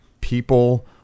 people